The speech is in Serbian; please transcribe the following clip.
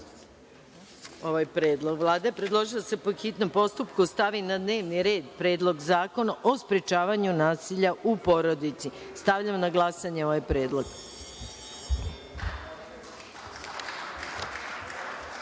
ovaj predlog. Vlada je predložila da se, po hitnom postupku, stavi na dnevni red Predlog zakona o sprečavanju nasilja u porodici. Stavljam na glasanje ovaj predlog. Molim